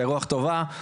ברוח טובה,